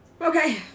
Okay